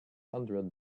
hundred